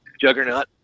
Juggernaut